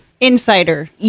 insider